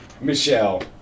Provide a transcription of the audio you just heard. Michelle